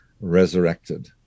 resurrected